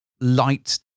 light